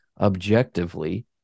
objectively